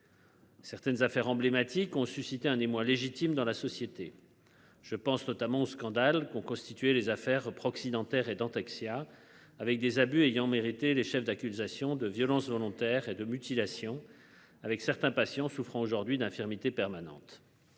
Certaines affaires emblématiques ont suscité un émoi légitime dans la société. Je pense notamment aux scandales qui ont constitué les affaires proxy Nanterre et Dentexia avec des abus ayant mérité les chefs d'accusation de violences volontaires et de mutilations avec certains patients souffrant aujourd'hui d'infirmité permanente.